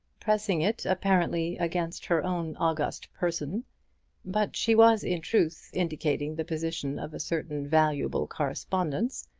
pressing it apparently against her own august person but she was in truth indicating the position of a certain valuable correspondence,